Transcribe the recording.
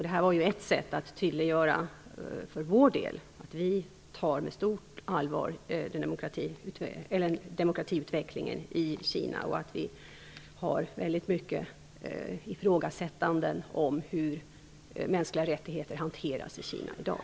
Detta var ett sätt att tydliggöra att vi för vår del ser med stort allvar på demokratiutvecklingen i Kina. Det är mycket som vi ifrågasätter när det gäller hur mänskliga rättigheter hanteras i Kina i dag.